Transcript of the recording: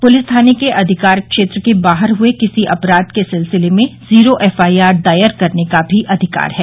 police थाने के अधिकार क्षेत्र से बाहर हुए किसी अपराध के सिलसिले में जीरो एफआईआर दायर करने का भी अधिकार है